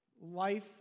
life